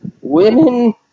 Women